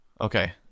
Okay